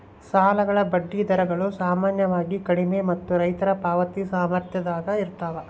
ಸಾಲಗಳ ಬಡ್ಡಿ ದರಗಳು ಸಾಮಾನ್ಯವಾಗಿ ಕಡಿಮೆ ಮತ್ತು ರೈತರ ಪಾವತಿ ಸಾಮರ್ಥ್ಯದಾಗ ಇರ್ತವ